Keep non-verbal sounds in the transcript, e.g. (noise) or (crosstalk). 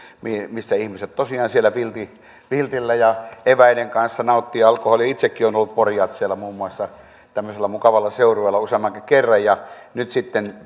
missä ihmiset tosiaan siellä viltillä ja eväiden kanssa nauttivat alkoholia itsekin olen ollut pori jazzeilla muun muassa tämmöisellä mukavalla seurueella useammankin kerran ja nyt kun sitten (unintelligible)